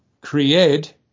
create